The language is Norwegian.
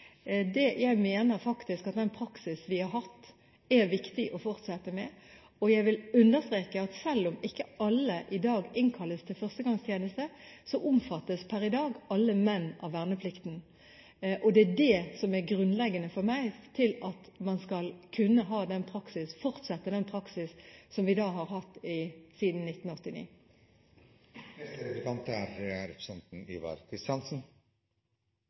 Jeg mener faktisk at den praksisen vi har hatt, er viktig å fortsette. Jeg vil også understreke at selv om ikke alle i dag innkalles til førstegangstjeneste, omfattes per i dag alle menn av verneplikten. Det er det som er det grunnleggende for meg for at man skal kunne fortsette den praksisen vi har hatt siden 1989. Faktum er